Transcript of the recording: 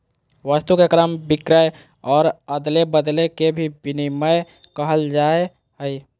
वस्तु के क्रय विक्रय और अदले बदले के भी विनिमय कहल जाय हइ